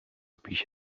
پیش